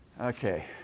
Okay